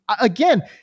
again